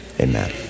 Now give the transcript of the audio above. Amen